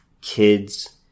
kids